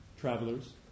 travelers